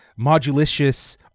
modulicious